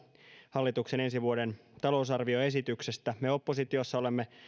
hallituksen ensi vuoden talousarvioesityksestä me oppositiossa olemme